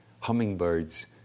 Hummingbirds